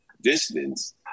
distance